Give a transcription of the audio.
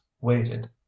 waited